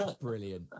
Brilliant